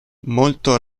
molto